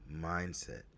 mindset